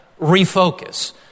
refocus